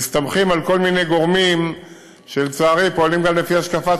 מסתמכים על כל מיני גורמים שלצערי פועלים גם לפי השקפת